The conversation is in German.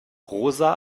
rosa